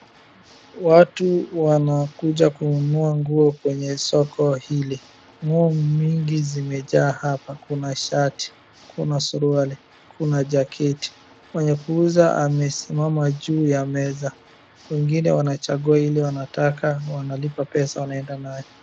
Watu wanakuja kununua nguo kwenye soko hili, nguo nyingi zimejaa hapa, kuna shati, kuna suruali, kuna jaketi. Mwenye kuuza amesimama juu ya meza, wengine wanachagua ile wanataka wanalipa pesa wanaenda nayo.